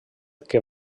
que